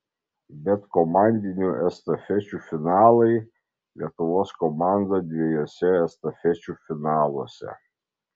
bet komandinių estafečių finalai lietuvos komanda dviejuose estafečių finaluose